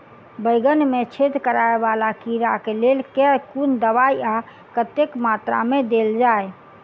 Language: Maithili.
बैंगन मे छेद कराए वला कीड़ा केँ लेल केँ कुन दवाई आ कतेक मात्रा मे देल जाए?